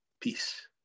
Peace